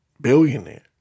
billionaire